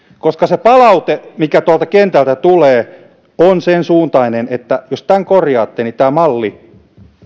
koska se palaute mikä tuolta kentältä tulee on sen suuntainen että jos tämän korjaatte niin tämä malli